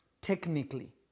technically